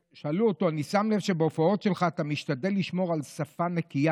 שאלו אותו: אני שם לב שבהופעות שלך אתה משתדל לשמור על שפה נקייה,